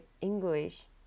English